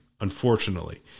unfortunately